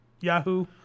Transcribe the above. Yahoo